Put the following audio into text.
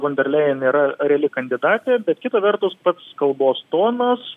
von derlėjen yra reali kandidatė bet kita vertus pats kalbos tonas